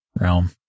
realm